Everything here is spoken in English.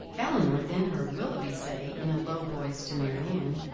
elinor then heard willoughby say, in a low voice to marianne,